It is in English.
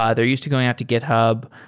ah they're used to going out to github.